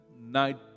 night